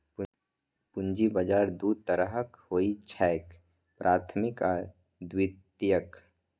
पूंजी बाजार दू तरहक होइ छैक, प्राथमिक आ द्वितीयक